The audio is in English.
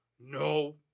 No